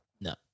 No